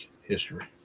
history